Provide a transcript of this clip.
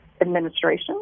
administration